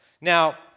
Now